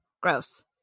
gross